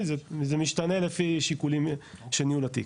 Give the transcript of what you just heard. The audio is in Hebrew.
זה משתנה לפי שיקולים של ניהול התיק,